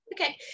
Okay